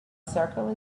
circle